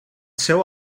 seu